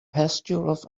pastures